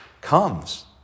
comes